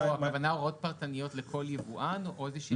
הוראות פרטניות לכל יבואן או איזושהי הוראה כללית?